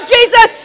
Jesus